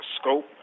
scope